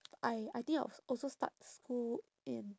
I I think I'll also start school in